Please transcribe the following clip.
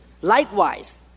likewise